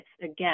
Again